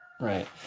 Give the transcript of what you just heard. Right